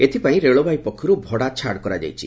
ଏଥିପାଇଁ ରେଳବାଇ ପକ୍ଷରୁ ଭଡ଼ା ଛାଡ଼ କରାଯାଇଛି